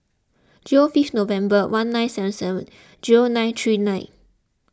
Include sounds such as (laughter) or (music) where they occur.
zero fifth November one nine seven seven (noise) zero nine three nine